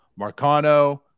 Marcano